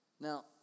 Now